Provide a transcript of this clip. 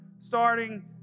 starting